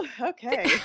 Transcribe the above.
okay